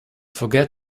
forget